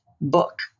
book